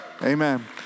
Amen